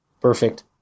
Perfect